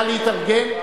המזכירות, נא להתארגן.